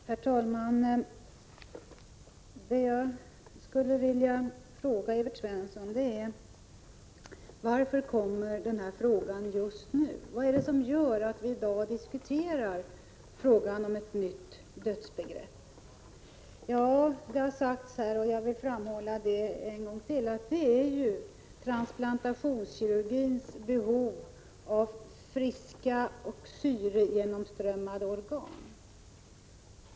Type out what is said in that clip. Herr talman! Det jag skulle vilja fråga Evert Svensson är: Varför kommer den här frågan just nu? Vad är det som gör att vi i dag diskuterar frågan om ett nytt dödsbegrepp? Det har sagts här och jag vill framhålla det en gång till: Det är transplantationskirurgins behov av friska och syregenomströmmade organ.